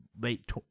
late